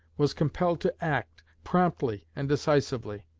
was compelled to act, promptly and decisively.